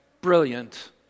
brilliant